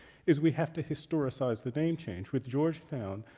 is we have to historicize the name change. with georgetown,